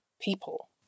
people